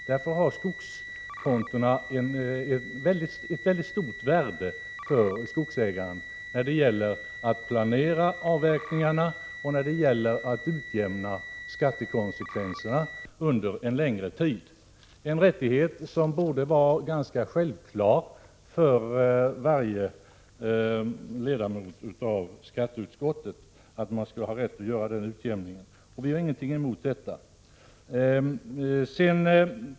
Därför har skogskontona ett mycket stort värde för skogsägarna när det gäller att planera avverkningarna och när det gäller att utjämna skattekonsekvenserna under en längre tid. Det borde vara ganska självklart för varje ledamot av skatteutskottet att skogsägare skall ha rätt att göra denna utjämning. Vi har ingenting emot det.